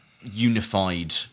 unified